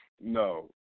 No